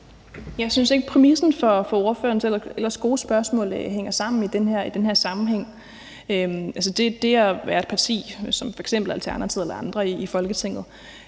Jeg synes ikke, præmissen for ordførerens ellers gode spørgsmål hænger sammen i den her sammenhæng. Det at være et parti som f.eks. Alternativet eller andre i Folketinget,